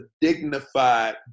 dignified